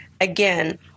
Again